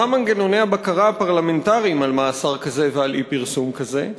מה הם מנגנוני הבקרה הפרלמנטריים על מאסר כזה ועל אי-פרסום כזה?